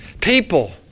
people